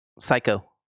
psycho